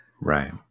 right